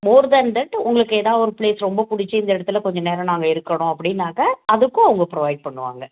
more than that உங்களுக்கு எதா ஒரு ப்ளேஸ் ரொம்ப பிடிச்சி இந்த இடத்துல கொஞ்ச நேரம் நாங்கள் இருக்கணும் அப்படின்னாக்க அதுக்கும் அவங்க ப்ரொவைட் பண்ணுவாங்க